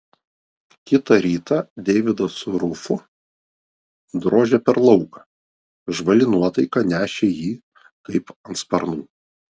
kitą rytą deividas su rufu drožė per lauką žvali nuotaika nešė jį kaip ant sparnų